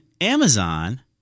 Amazon